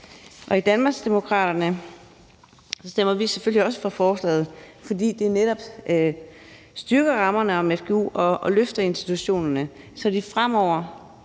I Danmarksdemokraterne stemmer vi selvfølgelig også for forslaget, fordi det netop styrker rammerne om fgu og løfter institutionerne, så de fremover